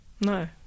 No